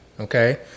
Okay